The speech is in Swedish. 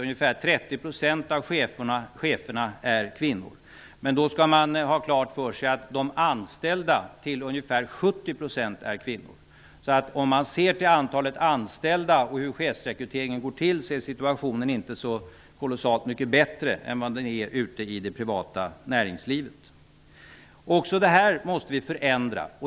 Ungefär 30 % av cheferna är kvinnor. Då skall man ha klart för sig att de anställda till ungefär 70 % är kvinnor. Om man ser till antalet anställda och hur chefsrekryteringen går till är situationen inte så kolossalt mycket bättre än vad den är ute i det privata näringslivet. Också detta måste vi förändra.